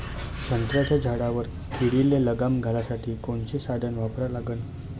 संत्र्याच्या झाडावर किडीले लगाम घालासाठी कोनचे साधनं वापरा लागन?